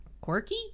quirky